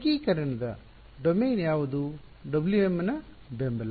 ಏಕೀಕರಣದ ಡೊಮೇನ್ ಯಾವುದು W m ನ ಬೆಂಬಲ